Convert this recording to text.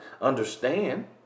understand